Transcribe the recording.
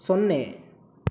ಸೊನ್ನೆ